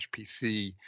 HPC